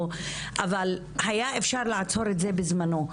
אבל היה אפשר לעצור את זה בזמנו,